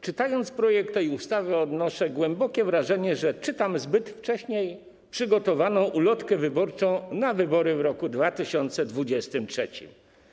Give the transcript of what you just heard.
Czytając projekt tej ustawy, odnoszę głębokie wrażenie, że czytam zbyt wcześnie przygotowaną ulotkę wyborczą na wybory w roku 2023.